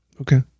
Okay